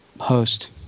host